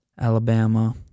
Alabama